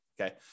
okay